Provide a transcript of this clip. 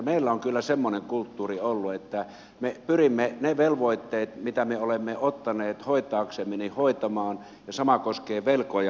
meillä on kyllä semmoinen kulttuuri ollut että me pyrimme ne velvoitteet mitä me olemme ottaneet hoitaaksemme hoitamaan ja sama koskee velkoja